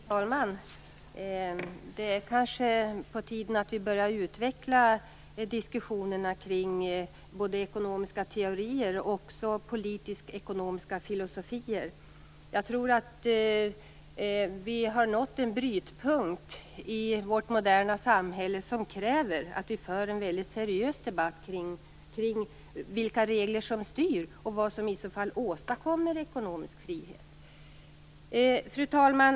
Fru talman! Det är kanske på tiden att vi börjar utveckla diskussionen kring både ekonomiska teorier och politisk-ekonomiska filosofier. Jag tror att vi har nått en brytpunkt i vårt moderna samhälle som kräver att vi för en väldigt seriös debatt kring vilka regler som styr och vad som åstadkommer ekonomisk frihet. Fru talman!